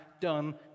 done